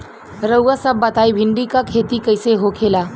रउआ सभ बताई भिंडी क खेती कईसे होखेला?